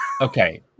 Okay